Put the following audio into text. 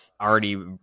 already